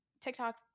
TikTok